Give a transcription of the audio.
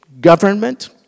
government